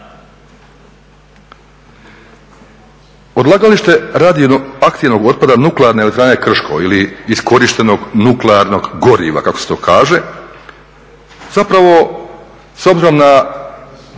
Odlagalište radioaktivnog otpada Nuklearne elektrane Krško ili iskorištenog nuklearnog goriva kako se to kaže zapravo s obzirom na